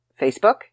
Facebook